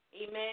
Amen